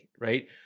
Right